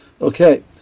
Okay